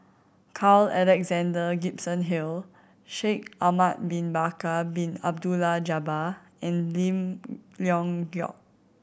Carl Alexander Gibson Hill Shaikh Ahmad Bin Bakar Bin Abdullah Jabbar and Lim Leong Geok